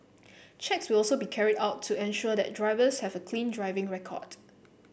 checks will also be carried out to ensure that drivers have a clean driving record